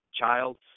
child